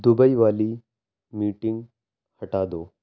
Dubai والی meeting ہٹا دو